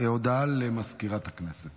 הודעה לסגנית מזכיר הכנסת.